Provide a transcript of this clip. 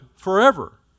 forever